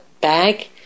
bag